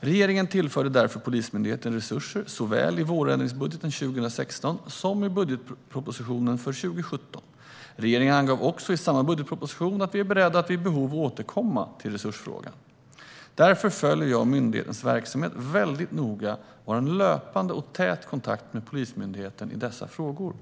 Regeringen tillförde därför Polismyndigheten resurser såväl i vårändringsbudgeten 2016 som i budgetpropositionen för 2017. Regeringen angav också i samma budgetproposition att vi är beredda att vid behov återkomma till resursfrågan. Därför följer jag myndighetens verksamhet väldigt noga och har en löpande och tät kontakt med Polismyndigheten i dessa frågor.